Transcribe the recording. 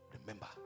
Remember